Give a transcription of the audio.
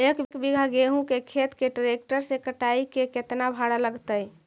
एक बिघा गेहूं के खेत के ट्रैक्टर से कटाई के केतना भाड़ा लगतै?